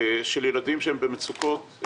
לגבי ילדים שנמצאים במצוקות,